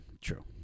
true